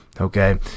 Okay